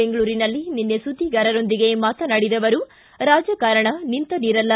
ಬೆಂಗಳೂರಿನಲ್ಲಿ ನಿನ್ನೆ ಸುದ್ವಿಗಾರರೊಂದಿಗೆ ಮಾತನಾಡಿದ ಅವರು ರಾಜಕಾರಣ ನಿಂತ ನೀರಲ್ಲ